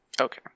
Okay